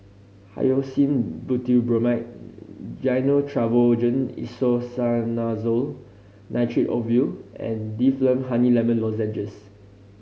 Hyoscine Butylbromide Gyno Travogen Isoconazole Nitrate Ovule and Difflam Honey Lemon Lozenges